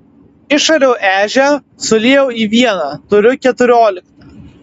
išariau ežią suliejau į vieną turiu keturiolika